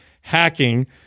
hacking